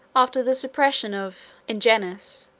after the suppression of ingenuus,